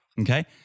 Okay